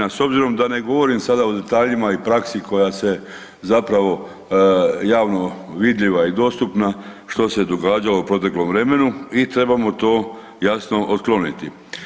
A s obzirom da ne govorim sada o detaljima i praksi koja se zapravo javno vidljiva i dostupna što se događalo u proteklom vremenu i trebamo to jasno otkloniti.